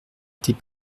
était